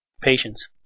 Patience